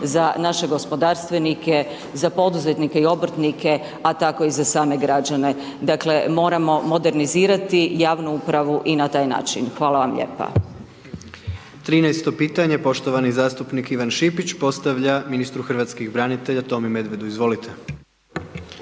za naše gospodarstvenike, za poduzetnike i obrtnike, a tako i za same građane, dakle, moramo modernizirati javnu upravu i na taj način. Hvala vam lijepa.